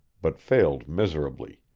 but failed miserably,